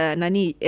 nani